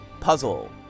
puzzle